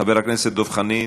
חבר הכנסת דב חנין,